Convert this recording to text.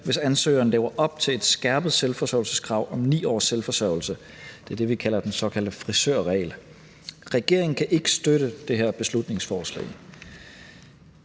hvis ansøgeren lever op til et skærpet selvforsørgelseskrav om 9 års selvforsørgelse; det er det, vi kender som den såkaldte frisørregel. Regeringen kan ikke støtte det her beslutningsforslag.